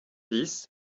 dix